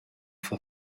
for